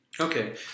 Okay